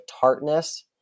tartness